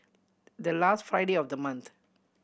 the last Friday of the month